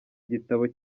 igitabo